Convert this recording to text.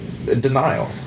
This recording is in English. Denial